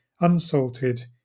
unsalted